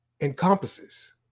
encompasses